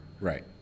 Right